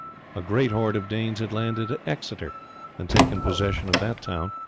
a great horde of danes had landed at exeter and taken possession of that town,